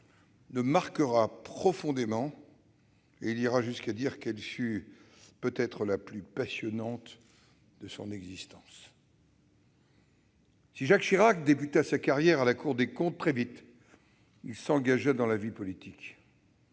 le marquera profondément. Il ira jusqu'à dire qu'elle fut peut-être la plus passionnante de son existence. Si Jacques Chirac débuta sa carrière à la Cour des comptes, très vite, il s'engagea dans la vie politique